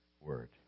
word